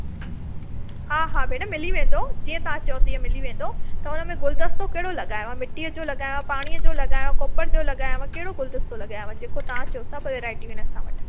हा हा भेण मिली वेंदुव जीअं तव्हां चओ तीअं मिली वेंदो त हुन में गुलदस्तो कहिड़ो लॻायांव मिटीअ जो लॻायांव पाणी जो लॻायांव कोपर जो लॻायांव कहिड़ो गुलदस्तो लॻायांव जेको तव्हां चओ सभु वैरायटी आहिनि असां वटि